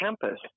campus